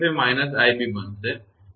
તેથી 𝑖𝑓 એ −𝑖𝑏 બનશે